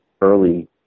early